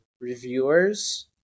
reviewers